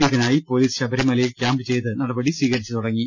ഇതിനായി പൊലീസ് ശബരിമലയിൽ കൃാമ്പ് ചെയ്ത് നടപടികൾ സ്വീകരിച്ചു തുടങ്ങി